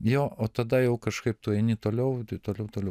jo o tada jau kažkaip tu eini toliau tai toliau toliau